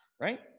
right